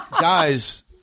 guys –